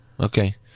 Okay